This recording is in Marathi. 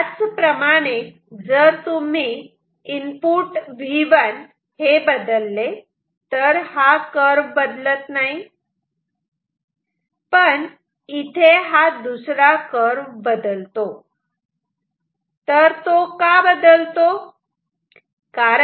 त्याच प्रमाणे जर तुम्ही इनपुट V1 बदलले तर हा कर्व बदलत नाही पण इथे हा कर्व बदलतो का बदलतो